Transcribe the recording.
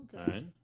Okay